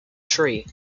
tree